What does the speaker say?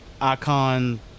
icon